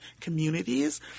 communities